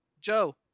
Joe